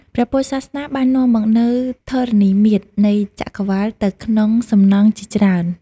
ព្រះពុទ្ធសាសនា បាននាំមកនូវធរណីមាត្រនៃ ចក្រវាឡទៅក្នុងសំណង់ជាច្រើន។